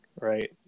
right